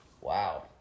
Wow